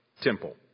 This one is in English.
temple